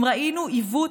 אם ראינו עיוות,